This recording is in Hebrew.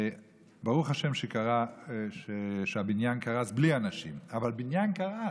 וברוך השם שהבניין קרס בלי אנשים, אבל בניין קרס,